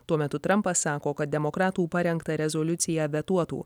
tuo metu trampas sako kad demokratų parengtą rezoliuciją vetuotų